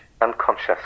unconscious